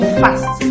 fast